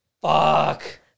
fuck